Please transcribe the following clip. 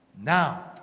Now